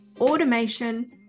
automation